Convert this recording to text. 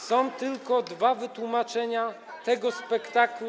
Są tylko dwa wytłumaczenia tego spektaklu.